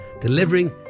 delivering